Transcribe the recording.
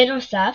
בנוסף,